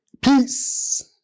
Peace